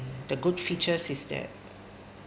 the good features is that